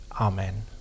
Amen